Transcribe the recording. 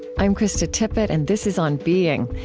i'm krista tippett, and this is on being.